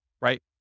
right